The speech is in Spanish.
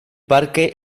parque